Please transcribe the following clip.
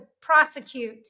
prosecute